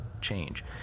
change